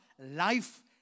life